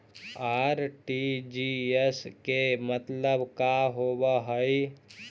RTGS के मतलब का होव हई?